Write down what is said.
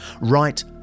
right